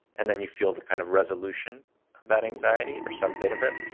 and then you feel the kind of resolution of that anxiety, or some bit of it,